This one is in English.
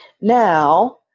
now